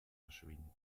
verschwinden